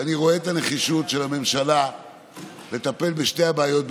ואני רואה את הנחישות של הממשלה לטפל בשתי הבעיות ביחד: